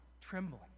trembling